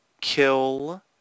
kill